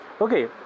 okay